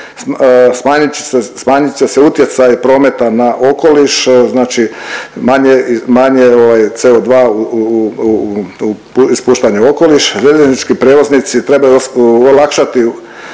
smanjit će se utjecaj prometa na okoliš, znači manje CO2 ispuštanja u okoliš. Željeznički prijevoznici trebaju olakšati